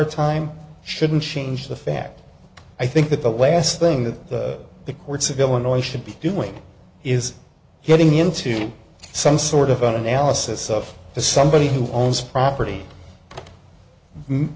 a time shouldn't change the fact i think that the last thing that the courts of illinois should be doing is getting into some sort of an analysis of the somebody who owns property